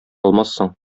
алмассың